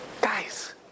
Guys